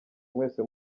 mwese